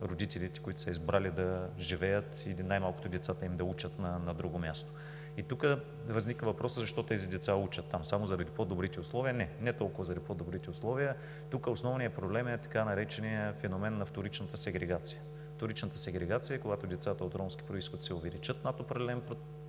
родителите, които са избрали да живеят, или най-малкото децата им да учат на друго място. И тук възниква въпросът: защо тези деца учат там? Само заради по-добрите условия? Не. Не толкова заради по-добрите условия. Тук основният проблем е така нареченият феномен на вторичната сегрегация. Вторичната сегрегация е: когато децата от ромски произход се увеличат над определен